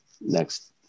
next